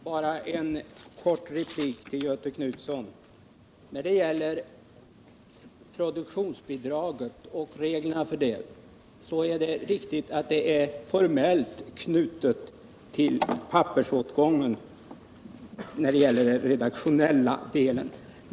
Herr talman! Bara en kort replik till Göthe Knutson när det gäller reglerna för produktionsbidrag. Det är riktigt att detta bidrag formellt är knutet till pappersåtgången för den redaktionella delen.